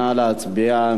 נא להצביע.